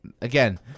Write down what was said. again